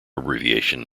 abbreviation